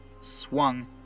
swung